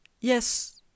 Yes